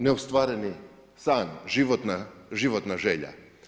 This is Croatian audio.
Neostvareni san, životna želja.